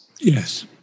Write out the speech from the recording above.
Yes